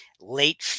late